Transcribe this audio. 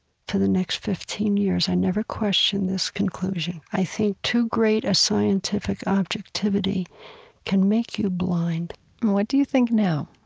for the next fifteen years, i never questioned this conclusion. i think too great a scientific objectivity can make you blind what do you think now?